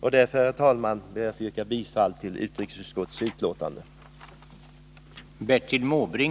Med detta, herr talman, ber jag att få yrka bifall till utrikesutskottets hemställan.